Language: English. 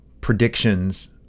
predictions